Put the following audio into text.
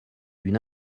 d’une